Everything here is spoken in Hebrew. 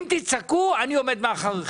אם תצעקו, אני עומד מאחוריכם.